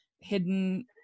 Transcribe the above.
hidden